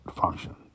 function